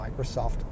Microsoft